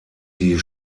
die